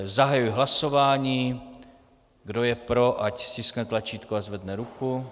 Zahajuji hlasování, kdo je pro, ať stiskne tlačítko a zvedne ruku.